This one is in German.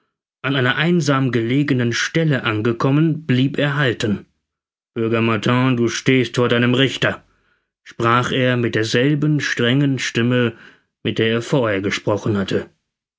an einer einsam gelegenen stelle angekommen blieb er halten bürger martin du stehst vor deinem richter sprach er mit derselben strengen stimme mit der er vorher gesprochen hatte